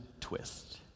twist